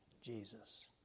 Jesus